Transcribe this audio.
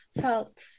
felt